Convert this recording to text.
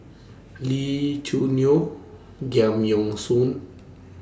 Lee Choo Neo Giam Yean Song